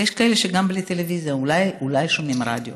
ויש כאלה שהם גם בלי טלוויזיה, אולי שומעים רדיו.